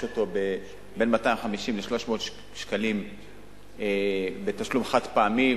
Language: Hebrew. אותו בסכום של בין 250 ל-300 שקלים בתשלום חד-פעמי,